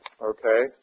okay